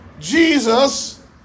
Jesus